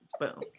Boom